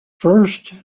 first